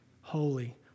holy